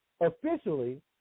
officially